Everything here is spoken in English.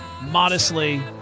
modestly